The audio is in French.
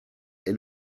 est